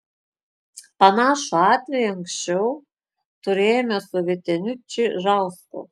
panašų atvejį anksčiau turėjome su vyteniu čižausku